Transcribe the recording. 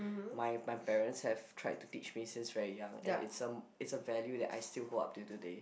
my my parents have tried to teach me since very young and it's a it's a value that I still hold up to today